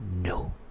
no